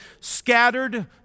scattered